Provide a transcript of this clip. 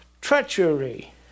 Treachery